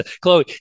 Chloe